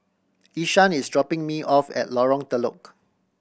Ishaan is dropping me off at Lorong Telok